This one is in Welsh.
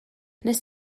wnest